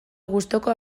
gustuko